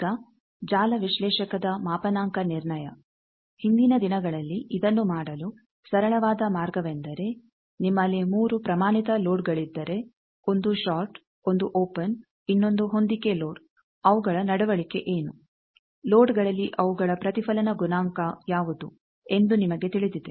ಈಗ ಜಾಲ ವಿಶ್ಲೇಷಕದ ಮಾಪನಾಂಕ ನಿರ್ಣಯ ಹಿಂದಿನ ದಿನಗಳಲ್ಲಿ ಇದನ್ನು ಮಾಡಲು ಸರಳವಾದ ಮಾರ್ಗವೆಂದರೆ ನಿಮ್ಮಲ್ಲಿ 3 ಪ್ರಮಾಣಿತ ಲೋಡ್ಗಳಿದ್ದರೆ ಒಂದು ಷಾರ್ಟ್ ಒಂದು ಓಪೆನ್ ಇನ್ನೊಂದು ಹೊಂದಿಕೆ ಲೋಡ್ ಅವುಗಳ ನಡವಳಿಕೆ ಏನು ಲೋಡ್ಗಳಲ್ಲಿ ಅವುಗಳ ಪ್ರತಿಫಲನ ಗುಣಾಂಕ ಯಾವುದು ಎಂದು ನಿಮಗೆ ತಿಳಿದಿದೆ